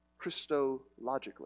Christologically